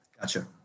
Gotcha